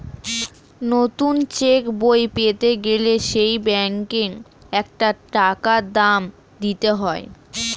নতুন চেক বই পেতে গেলে সেই ব্যাংকে একটা টাকা দাম দিতে হয়